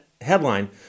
headline